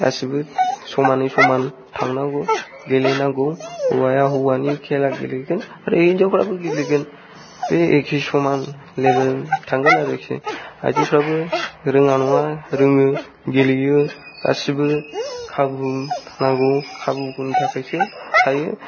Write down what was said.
गासैबो समानै समान थांनांगौ गेलेनांगौ हौवाया हौवानि खेला गेलेगोन आरो हिनजावफ्राबो गेलेगोन बे एखे समान लेभेल थांगोन आरोखि आयजोफोराबो रोङा नङा रोङो गेलेयो गासिबो खाबुखौ नांनो खाबुफोरनि थाखायसो थायो